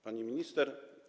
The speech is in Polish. Pani Minister!